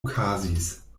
okazis